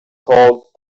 called